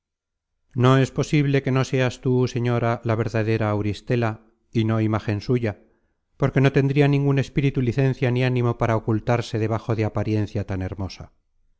no es posible que no seas tú señora la verdadera auristela y no imágen suya porque no tendria ningun espíritu licencia ni ánimo para ocultarse debajo de apariencia tan hermosa